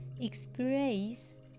express